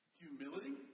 humility